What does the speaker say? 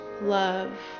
love